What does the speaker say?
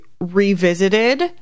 revisited